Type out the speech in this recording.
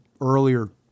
earlier